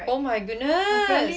oh my goodness